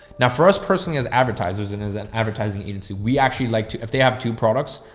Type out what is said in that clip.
now for us personally as advertisers and as an advertising agency, we actually like to, if they have two products,